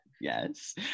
Yes